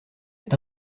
est